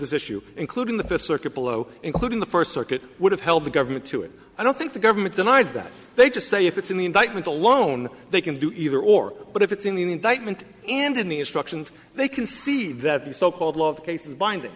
this issue including the fifth circuit below including the first circuit would have held the government to it i don't think the government denies that they just say if it's in the indictment alone they can do either or but if it's in the indictment and in the instructions they can see that the so called law of case is binding